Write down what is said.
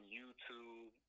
YouTube